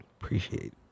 Appreciate